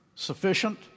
Sufficient